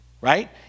right